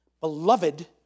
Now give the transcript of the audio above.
beloved